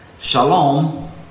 Shalom